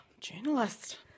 Journalist